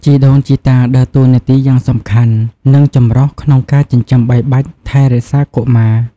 ជីដូនជីតាដើរតួនាទីយ៉ាងសំខាន់ និងចម្រុះក្នុងការចិញ្ចឹមបីបាច់ថែរក្សាកុមារ។